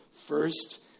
first